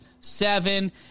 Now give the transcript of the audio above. seven